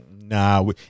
nah